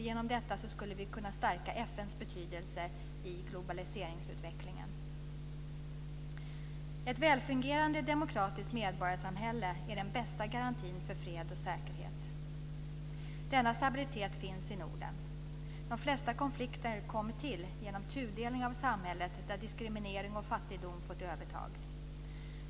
Genom detta skulle vi kunna stärka FN:s betydelse i globaliseringsutvecklingen. Ett välfungerande demokratiskt medborgarsamhälle är den bästa garantin för fred och säkerhet. Denna stabilitet finns i Norden. De flesta konflikter kommer till genom tudelning av samhället där diskriminering och fattigdom fått ett övertag.